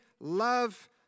love